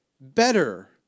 better